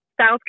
South